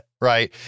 Right